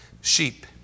sheep